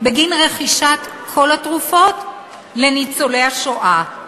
בגין רכישת כל התרופות לניצולי השואה.